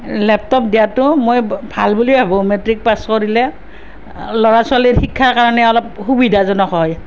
laptop দিয়াটো মই ভাল বুলি ভাবোঁ মেট্ৰিক পাচ কৰিলে ল'ৰা ছোৱালীৰ শিক্ষাৰ কাৰণে অলপ সুবিধাজনক হয়